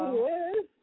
yes